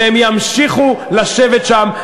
והם ימשיכו לשבת שם,